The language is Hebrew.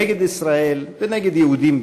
נגד ישראל ונגד היהודים.